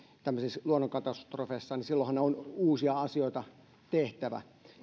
tämmöisissä luonnonkatastrofeissa niin silloinhan on uusia asioita tehtävä